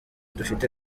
dufite